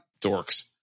dorks